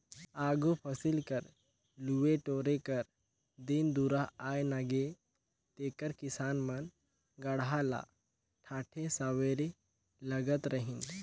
आघु फसिल कर लुए टोरे कर दिन दुरा आए नगे तेकर किसान मन गाड़ा ल ठाठे सवारे लगत रहिन